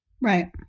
Right